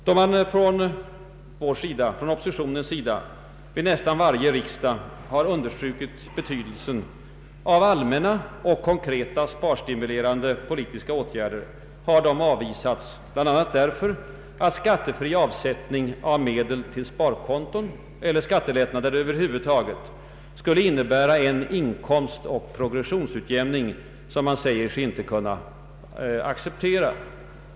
Då man från oppositionens sida vid nästan varje riksdag har understrukit angelägenheten av allmänna och konkreta sparstimulerande politiska åtgärder, har dessa avvisats bl.a. därför att skattefri avsättning av medel till sparkonton eller skattelättnader över huvud taget skulle innebära en inkomstoch progressionsutjämning som man säger sig inte kunna acceptera.